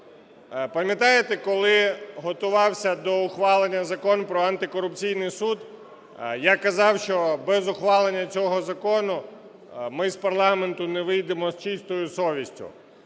Пам'ятаєте, коли готувався до ухвалення Закон про Антикорупційний суд, я казав, що без ухвалення цього закону ми з парламенту не вийдемо з чистою совістю.